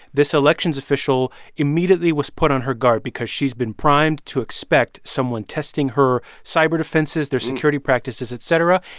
this elections official immediately was put on her guard because she's been primed to expect someone testing her cyberdefenses, their security practices, et cetera.